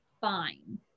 fine